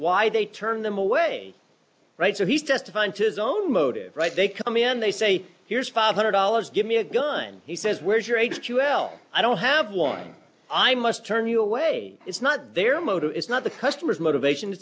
why they turn them away right so he's testifying to his own motives right they come in they say here's five hundred dollars give me a gun he says where's your age q l i don't have one i must turn you away it's not their motive is not the customer's motivations